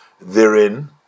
therein